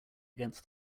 against